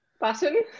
button